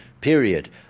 period